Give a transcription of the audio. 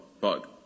bug